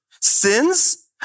sins